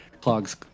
clogs